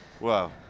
Wow